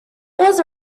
was